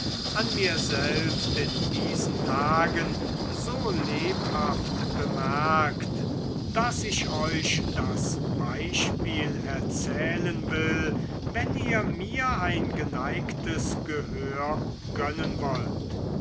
an mir selbst in diesen tagen so lebhaft bemerkt daß ich euch das beispiel erzählen will wenn ihr mir ein geneigtes gehör gönnen wollt